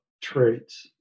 traits